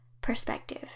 perspective